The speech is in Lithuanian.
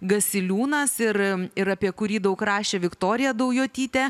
gasiliūnas ir ir apie kurį daug rašė viktorija daujotytė